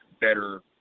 Better